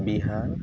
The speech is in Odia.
ବିହାର